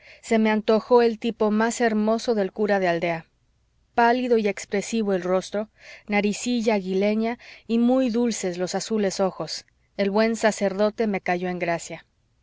se me antojó el tipo más hermoso del cura de aldea pálido y expresivo el rostro naricilla aguileña y muy dulces los azules ojos el buen sacerdote me cayó en gracia